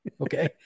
Okay